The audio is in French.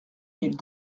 mille